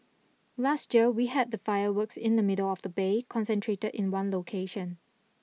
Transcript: last year we had the fireworks in the middle of the Bay concentrated in one location